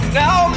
now